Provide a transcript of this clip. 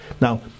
Now